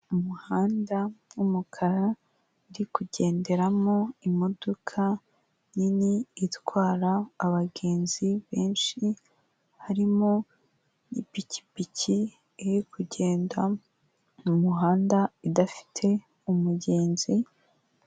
Umuhanda w'umukara, uri kugenderamo imodoka nini itwara abagenzi benshi, harimo ipikipiki iri kugenda mu muhanda idafite umugenzi...